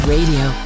Radio